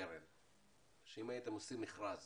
קרן, שאם הייתם עושים מכרז